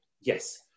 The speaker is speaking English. yes